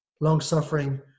long-suffering